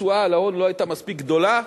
התשואה על ההון לא היתה מספיק גדולה,